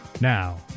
Now